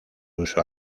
uso